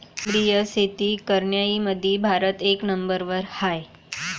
सेंद्रिय शेती करनाऱ्याईमंधी भारत एक नंबरवर हाय